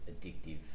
addictive